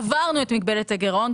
עברנו את מגבלת הגירעון,